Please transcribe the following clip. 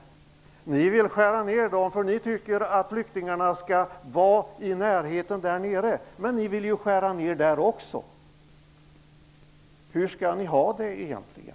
Ni vill skära ner de kostnaderna, därför att ni tycker att flyktingarna skall vara i sitt närområde. Men ni vill ju skära ner kostnaderna där också! Hur skall ni ha det egentligen?